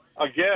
again